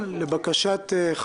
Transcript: אנחנו פותחים את הדיון, שלום לכולם.